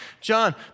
John